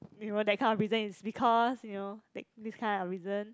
you know that kind of reason is because you know th~ this kind of reason